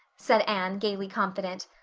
said anne, gaily confident.